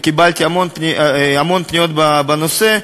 קיבלתי המון פניות בנושא,